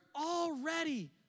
already